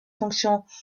fonctions